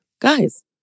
guys